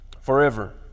forever